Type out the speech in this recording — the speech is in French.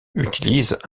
utilise